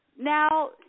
Now